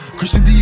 Christian